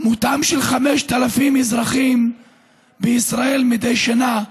מותם של 5,000 אזרחים בישראל מדי שנה,